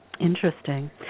Interesting